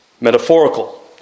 metaphorical